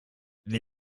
wir